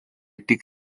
tik